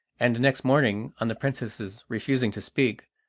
and next morning, on the princess's refusing to speak,